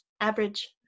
average